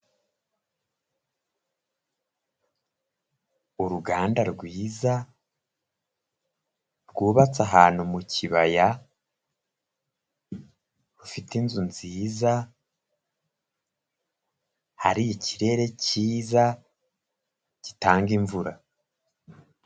Uruganda rwiza rwubatse ahantu mu kibaya, rufite inzu nziza, hari ikirere cyiza gitanga imvura.